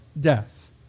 death